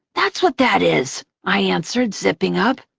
that's what that is, i answered, zipping up.